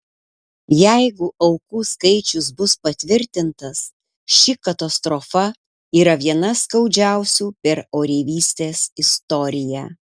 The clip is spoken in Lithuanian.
jeigu aukų skaičius bus patvirtintas ši katastrofa yra viena skaudžiausių per oreivystės istoriją